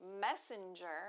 messenger